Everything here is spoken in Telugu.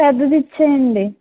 పెద్దదిచ్చేయండి